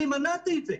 אני מנעתי את זה.